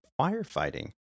firefighting